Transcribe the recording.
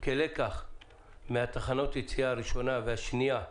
אנחנו אמנם שמענו מנציגי משרד הבריאות שהשווקים מיועדים לתחנה השלישית,